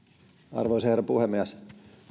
arvoisa herra puhemies